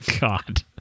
God